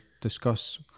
discuss